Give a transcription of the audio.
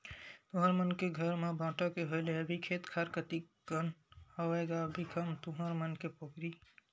तुँहर मन के घर म बांटा के होय ले अभी खेत खार कतिक कन हवय गा भीखम तुँहर मन के पोगरी?